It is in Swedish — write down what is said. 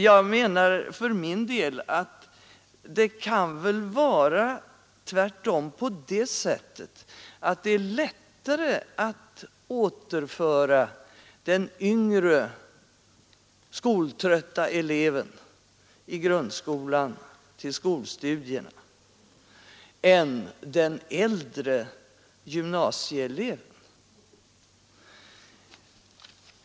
Jag menar för min del att det kan vara lättare att återföra den yngre skoltrötta eleven i grundskolan till skolstudierna än den äldre gymnasieeleven.